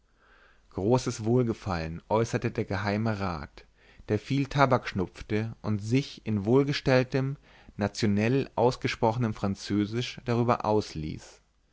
großes wohlgefallen äußerte der geheime rat der viel tabak schnupfte und sich in wohlgestelltem nationell ausgesprochenem französisch darüber ausließ